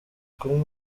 kumwe